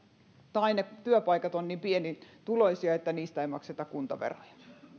tai ne työpaikat ovat niin pienituloisia että niistä ei makseta kuntaveroja